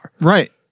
right